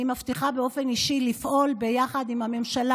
אני מבטיחה באופן אישי לפעול ביחד עם הממשלה